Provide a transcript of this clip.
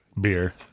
beer